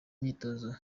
imyitozo